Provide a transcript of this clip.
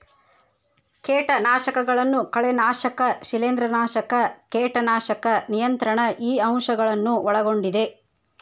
ಕೇಟನಾಶಕಗಳನ್ನು ಕಳೆನಾಶಕ ಶಿಲೇಂಧ್ರನಾಶಕ ಕೇಟನಾಶಕ ನಿಯಂತ್ರಣ ಈ ಅಂಶ ಗಳನ್ನು ಒಳಗೊಂಡಿದೆ